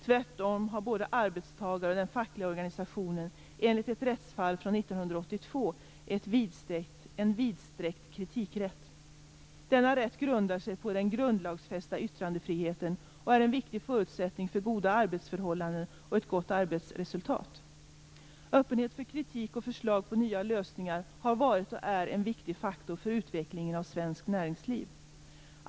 Tvärtom har både arbetstagare och den fackliga organisationen enligt ett rättsfall från 1982 en vidsträckt kritikrätt. Denna rätt grundar sig på den grundlagsfästa yttrandefriheten och är en viktig förutsättning för goda arbetsförhållanden och ett gott arbetsresultat. Öppenhet för kritik och förslag på nya lösningar har varit och är en viktig faktor för utvecklingen av svenskt arbetsliv.